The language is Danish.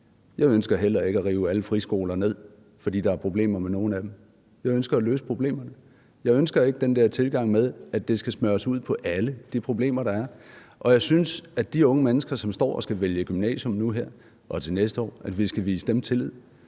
Jeg ønsker heller ikke at rive alle friskoler ned, fordi der er problemer med nogle af dem. Jeg ønsker at løse problemerne. Jeg ønsker ikke den der tilgang med, at de problemer, der er, skal smøres ud på alle. Jeg synes, at de unge mennesker, som står og skal vælge gymnasium nu her og til næste år, skal vi vise tillid.